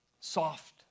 soft